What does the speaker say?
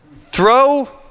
throw